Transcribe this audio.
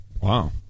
Wow